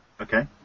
Okay